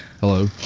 Hello